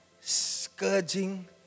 scourging